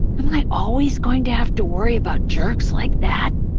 am i always going to have to worry about jerks like that?